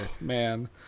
Man